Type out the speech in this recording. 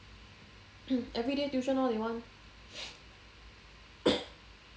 everyday tuition all in one